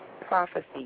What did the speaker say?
prophecy